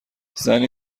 زنی